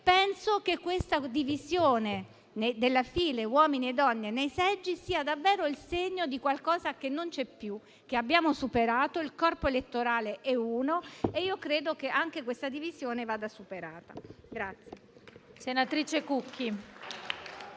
Penso che una tale divisione nelle file tra uomini e donne nei seggi sia davvero il segno di qualcosa che non c'è più e che abbiamo superato: il corpo elettorale è uno e credo che anche questa divisione vada superata.